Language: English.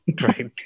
Right